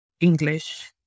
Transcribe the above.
English